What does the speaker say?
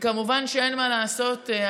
וכמובן שאין מה לעשות,